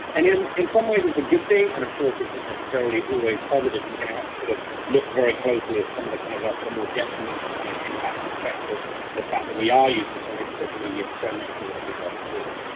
and you know um in some ways, it's a good thing and of course, isn't necessarily always positive and we're gonna have to sort of look very closely at some of the kind of like the more detrimental kind of impacts and effects of the fact that we are using some social media so much more than we were before.